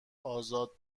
ازاد